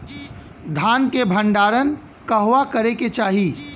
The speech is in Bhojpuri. धान के भण्डारण कहवा करे के चाही?